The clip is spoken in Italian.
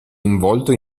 involto